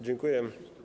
Dziękuję.